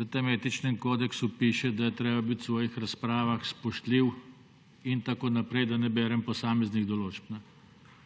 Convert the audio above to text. V tem etičnem kodeksu piše, da je treba biti v svojih razpravah spoštljiv in tako naprej, da ne berem posameznih določb.